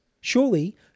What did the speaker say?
Surely